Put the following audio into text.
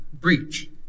breach